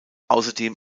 außerdem